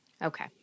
Okay